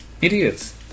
idiots